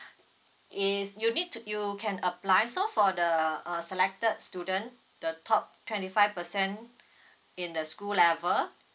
is you need to you can apply so for the uh selected student the top twenty five percent in the school level